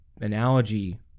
analogy